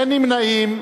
אין נמנעים.